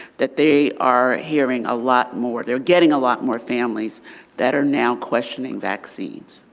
that they are hearing a lot more they're getting a lot more families that are now questioning vaccines.